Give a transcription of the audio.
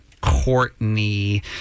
Courtney